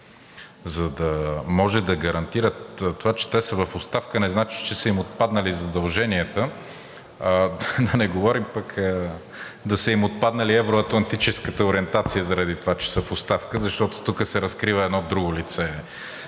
за да може да гарантират… Това, че те са в оставка, не значи, че са им отпаднали задълженията. Да не говорим пък да им е отпаднала евро-атлантическата ориентация заради това, че са в оставка, защото тук се разкрива едно друго лице